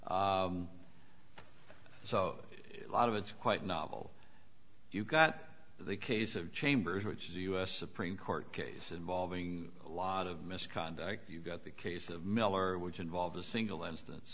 case so a lot of it's quite novel you've got the case of chambers which is the u s supreme court case involving a lot of misconduct you've got the case of miller which involved a single instance